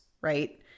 right